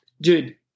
dude